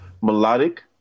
melodic